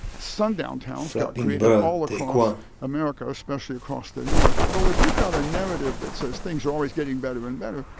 sundown towns got created all across america, especially across the north. well, if you've got a narrative that says, things are always getting better and better,